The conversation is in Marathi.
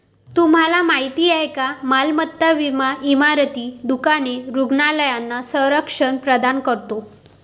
तुम्हाला माहिती आहे का मालमत्ता विमा इमारती, दुकाने, रुग्णालयांना संरक्षण प्रदान करतो